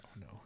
no